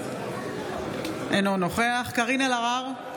אינו נוכח קארין אלהרר,